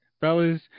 Fellas